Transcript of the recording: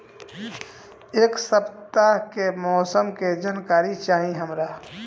एक सपताह के मौसम के जनाकरी चाही हमरा